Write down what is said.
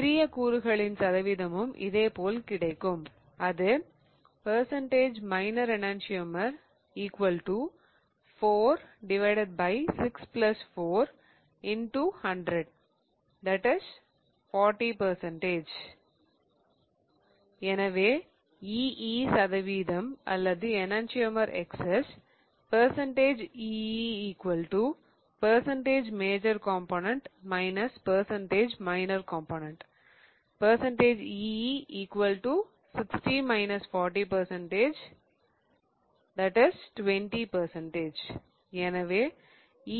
சிறிய கூறுகளின் சதவீதமும் இதேபோல் கிடைக்கும் அது எனவே ee சதவீதம் அல்லது enantiomer excess ee major component minor component ee 60 - 40 20 எனவே